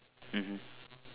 mmhmm